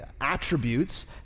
attributes